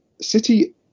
City